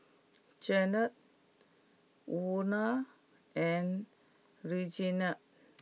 Janae Luna and Reginald